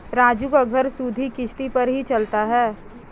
राजू का घर सुधि किश्ती पर ही चलता है